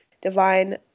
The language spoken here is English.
divine